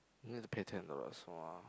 need to pay ten dollars !wah!